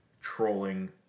trolling